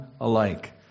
alike